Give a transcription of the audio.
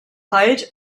height